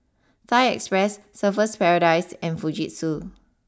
Thai Express Surfer's Paradise and Fujitsu